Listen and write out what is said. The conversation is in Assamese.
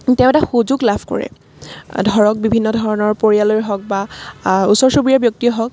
তেওঁ এটা সুযোগ লাভ কৰে ধৰক বিভিন্ন ধৰণৰ পৰিয়ালৰ হওক বা ওচৰ চুবুৰীয়া ব্যক্তি হওক